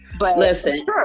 Listen